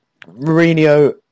Mourinho